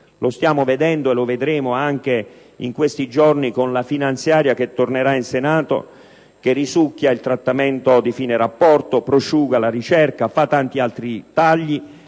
Lo stiamo vedendo, e lo vedremo anche nei prossimi giorni, con la finanziaria che tornerà al Senato che risucchia il trattamento di fine rapporto, prosciuga la ricerca, fa tanti altri tagli,